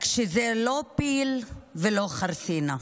רק שזה לא פיל ולא חרסינה.